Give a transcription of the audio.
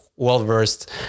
well-versed